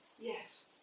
Yes